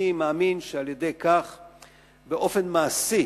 אני מאמין שבאופן מעשי,